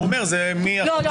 הוא אומר מ --- לא,